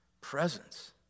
Presence